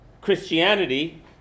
Christianity